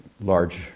large